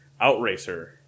Outracer